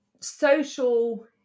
social